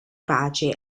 pace